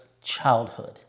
childhood